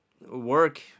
work